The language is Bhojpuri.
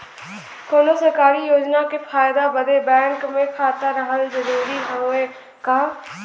कौनो सरकारी योजना के फायदा बदे बैंक मे खाता रहल जरूरी हवे का?